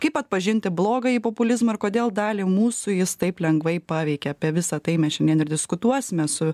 kaip atpažinti blogąjį populizmą ir kodėl dalį mūsų jis taip lengvai paveikia apie visa tai mes šiandien ir diskutuosime su